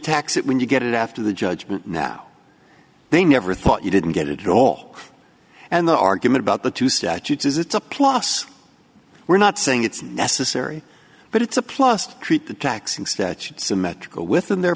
tax it when you get it after the judgment now they never thought you didn't get it at all and the argument about the two statutes is it's a plus we're not saying it's necessary but it's a plus to treat the taxing statute symmetrical within their